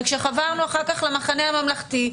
וכשחברנו אחר כך למחנה הממלכתי,